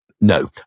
No